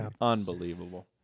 Unbelievable